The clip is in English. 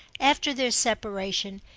after their separation,